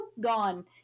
gone